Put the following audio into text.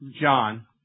John